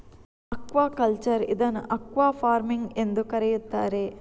aquaculture ಇದನ್ನು aquafarming ಎಂದೂ ಕರೆಯುತ್ತಾರೆ